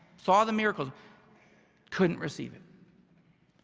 saw the miracles couldn't receive it.